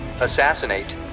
Assassinate